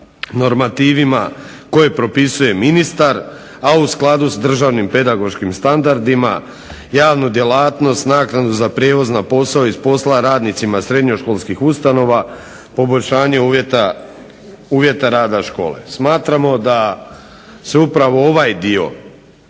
normativima koje propisuje ministar, a u skladu s državnim pedagoškim standardima, javnu djelatnost, naknadu za prijevoz na posao i s posla radnicima srednjoškolskih ustanova, poboljšanje uvjeta rada škole. Smatramo da se upravo ovaj dio